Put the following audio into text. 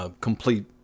complete